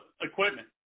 equipment